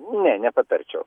ne nepatarčiau